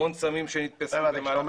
המון סמים שנתפסו --- כשאתה אומר